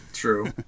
true